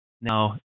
Now